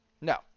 No